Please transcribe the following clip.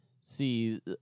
see